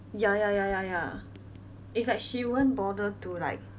ya ya ya ya ya it's like she won't bother to like